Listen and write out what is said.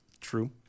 True